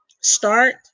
start